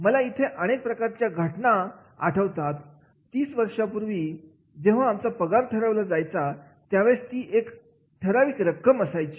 मला इथे अनेक प्रकारच्या घटना आठवतात तीस वर्षांपूर्वी जेवण आमचा पगार ठरवला जायचा यावेळी ती एक ठराविक रक्कम असायची